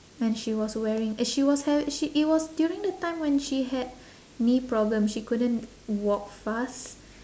and she was wearing uh she was ha~ she it was during the time when she had knee problem she couldn't walk fast